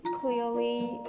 clearly